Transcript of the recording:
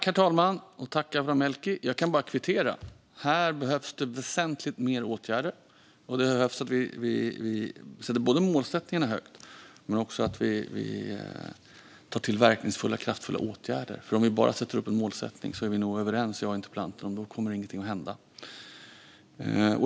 Herr talman! Jag kan bara kvittera. Här behövs väsentligt fler åtgärder, och det behövs både att vi sätter målsättningarna högt och att vi tar till verkningsfulla och kraftfulla åtgärder. Jag och interpellanten är nog överens om att om vi bara sätter upp en målsättning kommer ingenting att hända.